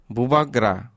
Bubagra